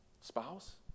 Spouse